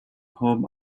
home